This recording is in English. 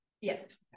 Yes